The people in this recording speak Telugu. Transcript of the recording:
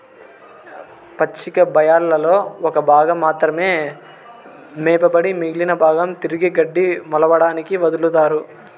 పచ్చిక బయళ్లలో ఒక భాగం మాత్రమే మేపబడి మిగిలిన భాగం తిరిగి గడ్డి మొలవడానికి వదులుతారు